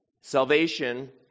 Salvation